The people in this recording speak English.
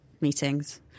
meetings